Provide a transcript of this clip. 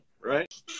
Right